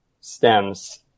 stems